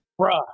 Bruh